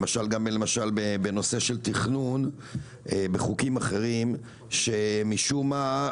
למשל בנושא של תכנון בחוקים אחרים, שמשום מה,